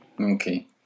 Okay